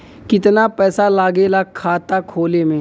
कितना पैसा लागेला खाता खोले में?